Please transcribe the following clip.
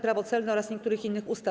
Prawo celne oraz niektórych innych ustaw.